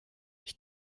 ich